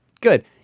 Good